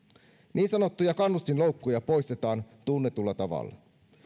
niin sanottuja kannustinloukkuja poistetaan tunnetulla tavalla